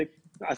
זה,